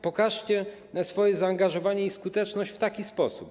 Pokażcie swoje zaangażowanie i skuteczność w taki sposób.